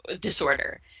disorder